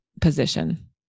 position